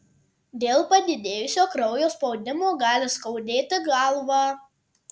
dėl padidėjusio kraujo spaudimo gali skaudėti galvą